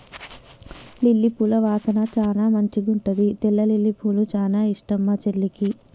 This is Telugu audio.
లిల్లీ పూల వాసన చానా మంచిగుంటది తెల్ల లిల్లీపూలు చానా ఇష్టం మా చెల్లికి